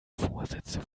vorsätze